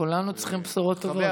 כולנו צריכים בשורות טובות.